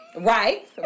Right